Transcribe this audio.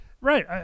Right